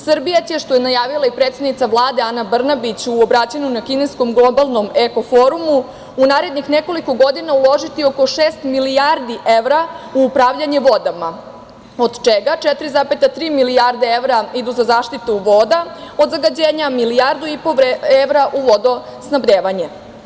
Srbija će, što je najavila i predsednica Vlade Ana Brnabić u obraćanju na kineskom globalnom Eko forumu u narednih nekoliko godina uložiti oko šest milijardi evra u upravljanje vodama, od čega 4,3 milijarde evra idu za zaštitu voda od zagađenja, a 1,5 milijarde evra u vodosnabdevanje.